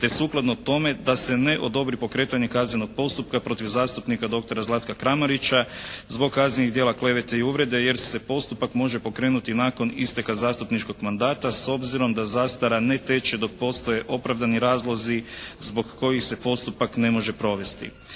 te sukladno tome da se ne odobri pokretanje kaznenog postupka protiv zastupnika doktora Zlatka Kramarića zbog kaznenih djela klevete i uvrede jer se postupak može pokrenuti nakon isteka zastupničkog mandata s obzirom da zastara ne teče dok postoje opravdani razlozi zbog kojih se postupak ne može provesti.